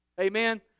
Amen